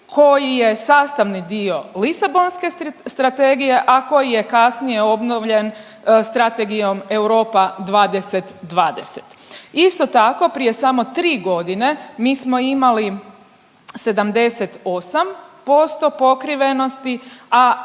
koji je sastavni dio Lisabonske strategije, a koji je kasnije obnovljen Strategijom Europa 2020. Isto tako, prije samo 3 godine, mi smo imali 78% pokrivenosti, a